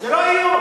זה לא איום.